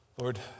Lord